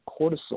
cortisol